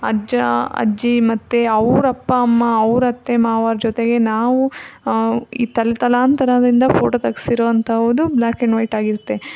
ಅಜ್ಜ ಅಜ್ಜಿ ಮತ್ತು ಅವ್ರ ಅಪ್ಪ ಅಮ್ಮ ಅವ್ರ ಅತ್ತೆ ಮಾವ ಅವ್ರ ಜೊತೆಗೆ ನಾವು ಈ ತಲೆತಲಾಂತರದಿಂದ ಫೋಟೋ ತೆಗ್ಸಿರೋವಂತಹುದು ಬ್ಲ್ಯಾಕ್ ಆ್ಯಂಡ್ ವೈಟ್ ಆಗಿರುತ್ತೆ